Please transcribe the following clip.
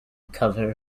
cover